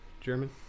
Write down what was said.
German